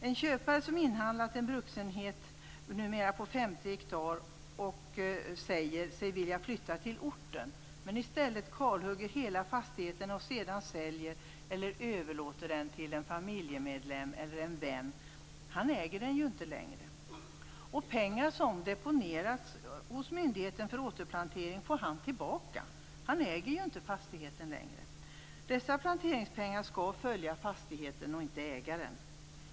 En köpare som inhandlat en bruksenhet, numera på 50 ha, och säger sig vilja flytta till orten men i stället kalhugger hela fastigheten och sedan säljer eller överlåter den till en familjemedlem eller vän, äger den ju inte längre. Pengarna som deponerats hos myndigheten för återplantering får han tillbaka. Han äger ju inte fastigheten längre. Dessa planteringspengar skall följa fastigheten och inte ägaren.